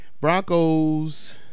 Broncos